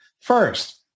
First